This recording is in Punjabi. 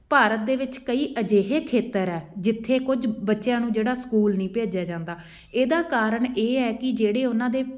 ਭਾਰਤ ਦੇ ਵਿੱਚ ਕਈ ਅਜਿਹੇ ਖੇਤਰ ਹੈ ਜਿੱਥੇ ਕੁਝ ਬੱਚਿਆਂ ਨੂੰ ਜਿਹੜਾ ਸਕੂਲ ਨਹੀਂ ਭੇਜਿਆ ਜਾਂਦਾ ਇਹਦਾ ਕਾਰਨ ਇਹ ਹੈ ਕਿ ਜਿਹੜੇ ਉਹਨਾਂ ਦੇ